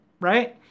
right